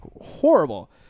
Horrible